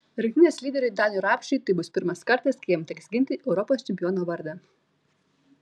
rinktinės lyderiui danui rapšiui tai bus pirmas kartas kai jam teks ginti europos čempiono vardą